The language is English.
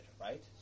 right